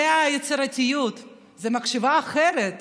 זה היצירתיות, זה מחשבה אחרת.